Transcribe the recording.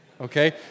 okay